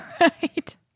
Right